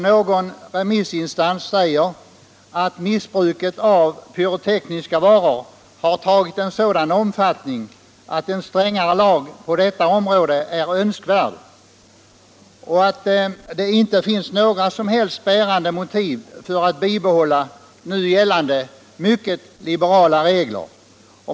Någon remissinstans säger att missbruket av pyrotekniska varor har tagit en sådan omfattning att en strängare lag på detta område är önskvärd och att det inte finns några som helst bärande motiv för att bibehålla nu gällande mycket liberala regler.